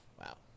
Wow